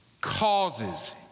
causes